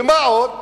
ומה עוד?